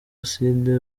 acide